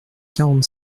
quarante